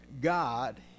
God